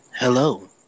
Hello